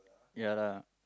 ya lah